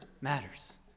matters